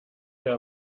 dir